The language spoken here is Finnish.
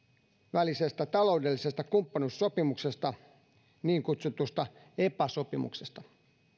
välisestä taloudellisesta kumppanuussopimuksesta niin kutsutusta epa sopimuksesta